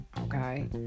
Okay